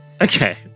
Okay